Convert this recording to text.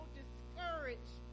discouraged